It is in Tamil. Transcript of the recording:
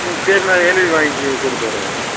ம் சரி நான் எழுதி வாங்கி கொடுத்து விடுறம்மா